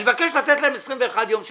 אני מבקש לתת להם 21 ימים לשימוע.